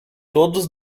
todos